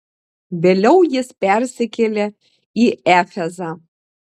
vėliau jis persikėlė į efezą